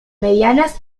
medianas